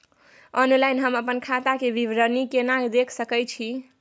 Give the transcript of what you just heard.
Online हम अपन खाता के विवरणी केना देख सकै छी?